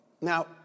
Now